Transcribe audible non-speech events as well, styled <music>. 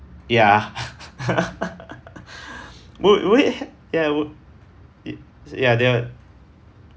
ya <laughs> would would it ya I would ya they were